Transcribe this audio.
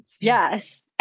yes